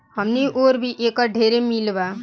हमनी ओर भी एकर ढेरे मील बा